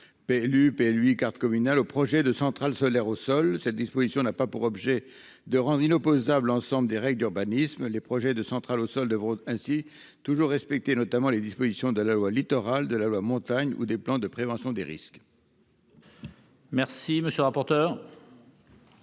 PLU, PLUi, cartes communales -aux projets de centrales solaires au sol. Cette disposition n'a pas pour objet de rendre inopposable l'ensemble des règles d'urbanisme. Les projets de centrales au sol devront ainsi toujours respecter les dispositions de la loi Littoral, de la loi Montagne ou des plans de prévention des risques notamment.